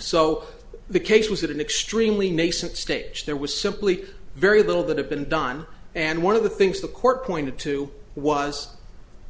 so the case was at an extremely nascent stage there was simply very little that have been done and one of the things the court pointed to was